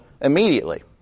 immediately